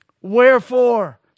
Wherefore